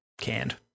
Canned